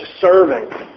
serving